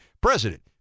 president